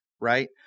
Right